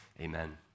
amen